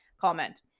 comment